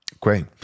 Great